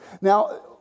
Now